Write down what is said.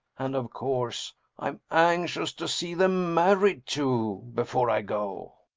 and of course i am anxious to see them married, too before i go.